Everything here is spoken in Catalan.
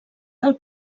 del